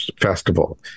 festival